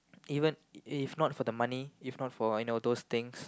even if not for the money if not for those things